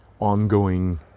ongoing